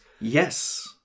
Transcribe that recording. yes